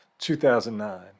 2009